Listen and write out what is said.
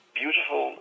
beautiful